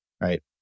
right